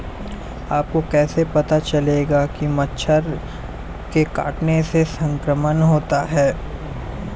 आपको कैसे पता चलेगा कि मच्छर के काटने से संक्रमण होता है?